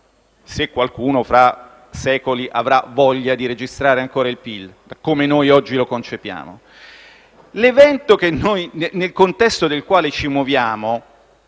se qualcuno fra secoli avrà voglia di registrare ancora il PIL come oggi lo concepiamo. L'evento nel contesto del quale ci muoviamo